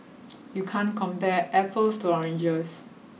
you can't compare apples to oranges